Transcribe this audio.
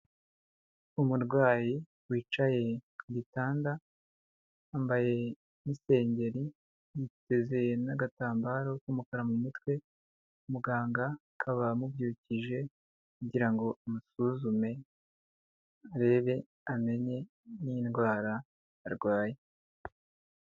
Umurwayi wicaye ku gitanda, yambaye n'isengeri, yiteze n'agatambaro k'umukara mu mutwe, muganga akaba amubyukije kugira ngo amusuzume arebe amenye n'indwara arwaye.